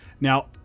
Now